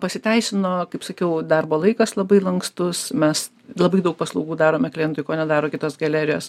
pasiteisino kaip sakiau darbo laikas labai lankstus mes labai daug paslaugų darome klientui ko nedaro kitos galerijos